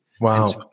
Wow